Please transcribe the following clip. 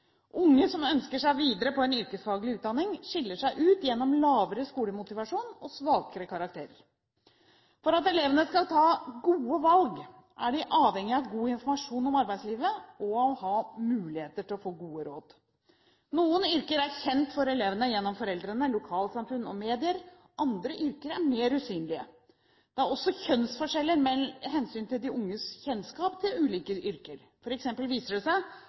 Unge som ønsker seg videre på en yrkesfaglig utdanning, skiller seg ut gjennom lavere skolemotivasjon og svakere karakterer. For at elevene skal ta gode valg, er de avhengige av god informasjon om arbeidslivet og å ha muligheter til å få gode råd. Noen yrker er kjent for elevene gjennom foreldrene, lokalsamfunn og medier – andre yrker er mer usynlige. Det er også kjønnsforskjeller med hensyn til de unges kjennskap til de ulike yrkene. For eksempel viser det seg